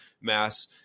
mass